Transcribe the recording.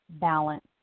balance